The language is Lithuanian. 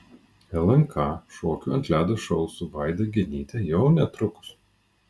lnk šokių ant ledo šou su vaida genyte jau netrukus